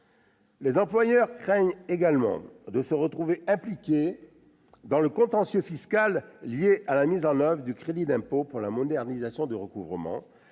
Les employeurs craignent également de se retrouver impliqués dans le contentieux fiscal lié à la mise en oeuvre du crédit d'impôt de modernisation du recouvrement